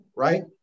Right